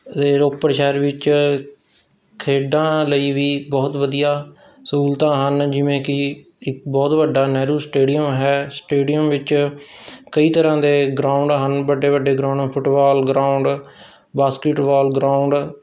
ਇਹ ਰੋਪੜ ਸ਼ਹਿਰ ਵਿੱਚ ਖੇਡਾਂ ਲਈ ਵੀ ਬਹੁਤ ਵਧੀਆ ਸਹੂਲਤਾਂ ਹਨ ਜਿਵੇਂ ਕਿ ਇੱਕ ਬਹੁਤ ਵੱਡਾ ਨਹਿਰੂ ਸਟੇਡੀਅਮ ਹੈ ਸਟੇਡੀਅਮ ਵਿੱਚ ਕਈ ਤਰਾਂ ਦੇ ਗਰਾਊਂਡ ਹਨ ਵੱਡੇ ਵੱਡੇ ground football ground basketball ground